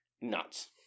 nuts